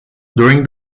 during